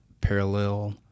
parallel